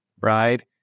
right